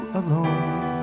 alone